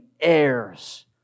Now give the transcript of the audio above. heirs